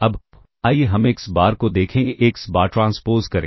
अब आइए हम एक्स बार को देखें ए एक्स बार ट्रांसपोज़ करें